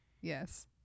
yes